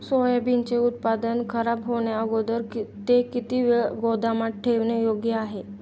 सोयाबीनचे उत्पादन खराब होण्याअगोदर ते किती वेळ गोदामात ठेवणे योग्य आहे?